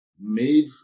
made